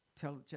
tell